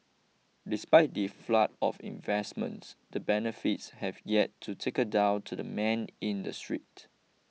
despite the flood of investments the benefits have yet to trickle down to the man in the street